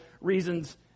reasons